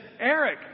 Eric